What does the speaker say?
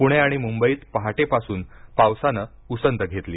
पुणे आणि मुंबईत पहाटे पासून पावसानं उसंत घेतली